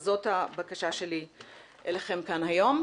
אז זאת הבקשה שלי אליכם כאן היום.